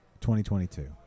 2022